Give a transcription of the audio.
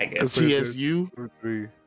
tsu